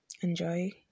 Enjoy